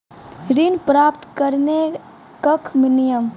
ऋण प्राप्त करने कख नियम?